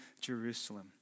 Jerusalem